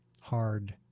hard